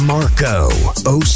Marco